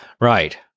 right